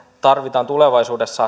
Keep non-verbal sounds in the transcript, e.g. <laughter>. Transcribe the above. tarvitaan tulevaisuudessa <unintelligible>